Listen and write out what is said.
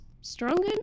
stronger